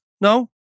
No